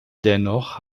dennoch